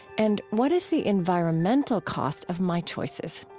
and what is the environmental cost of my choices?